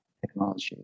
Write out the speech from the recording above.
technology